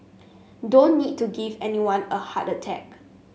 don't need to give anyone a heart attack